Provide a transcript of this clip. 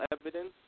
evidence